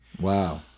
Wow